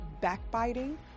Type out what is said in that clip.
backbiting